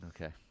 Okay